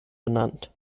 benannt